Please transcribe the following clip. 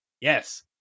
yes